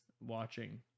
watching